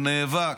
הוא נאבק,